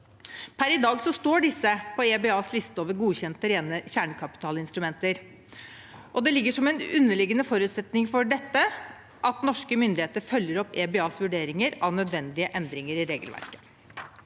Per i dag står disse på EBAs liste over godkjente rene kjernekapitalinstrumenter, og det ligger som en underliggende forutsetning for dette at norske myndigheter følger opp EBAs vurderinger av nødvendige endringer i regelverket.